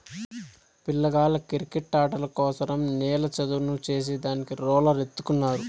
పిల్లగాళ్ళ కిరికెట్టాటల కోసరం నేల చదును చేసే దానికి రోలర్ ఎత్తుకున్నారు